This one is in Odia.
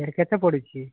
ଏଠି କେତେ ପଡ଼ିଛି